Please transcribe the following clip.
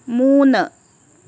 മൂന്ന്